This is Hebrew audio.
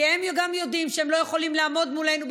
כי גם הם יודעים שהם לא יכולים לעמוד מולנו בבחירות.